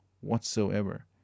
whatsoever